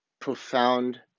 profound